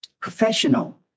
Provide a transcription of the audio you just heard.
Professional